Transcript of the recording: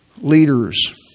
leaders